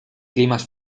climas